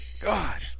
God